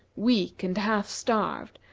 weak and half starved,